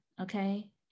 okay